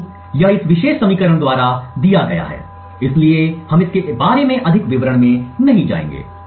तो यह इस विशेष समीकरण द्वारा दिया गया है इसलिए हम इसके बारे में अधिक विवरण में नहीं जाएंगे